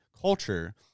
culture